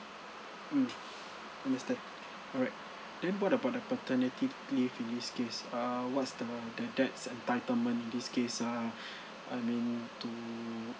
mm understand alright then what about the paternity leave in this case err what's the the dad's entitlement this case uh I mean to